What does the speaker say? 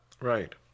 right